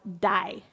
die